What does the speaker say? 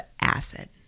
acid